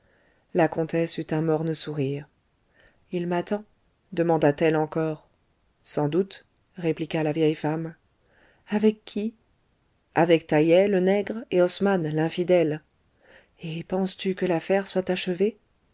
la comtesse eut un morne sourire il m'attend demanda-t-elle encore sans doute répliqua la vieille femme avec qui avec taïeh le nègre et osman l'infidèle et penses-tu que l'affaire soit achevée